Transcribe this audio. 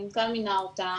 המנכ"ל מינה אותה,